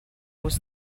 was